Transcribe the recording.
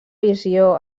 visió